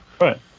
Right